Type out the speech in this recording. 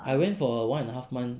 I went for one and a half month